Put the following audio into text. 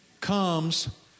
comes